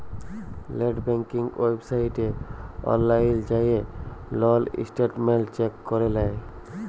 late banking ওয়েবসাইটে অললাইল যাঁয়ে লল ইসট্যাটমেল্ট চ্যাক ক্যরে লেই